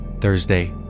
Thursday